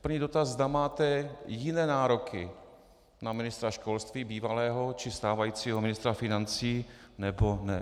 Tak první dotaz: Zda máte jiné nároky na ministra školství, bývalého, či stávajícího ministra financí, nebo ne.